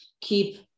keep